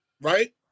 Right